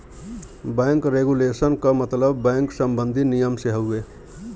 bank regulation क मतलब bank सम्बन्धी नियम से हउवे